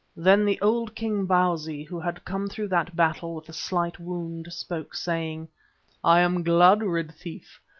then the old king, bausi, who had come through that battle with a slight wound, spoke, saying i am glad, red thief,